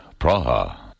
Praha